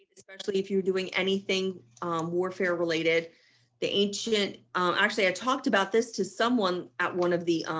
especially if you're doing anything warfare related the ancient actually i talked about this to someone at one of the